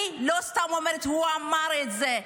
אני לא סתם אומרת, הוא אמר את זה.